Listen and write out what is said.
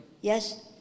Yes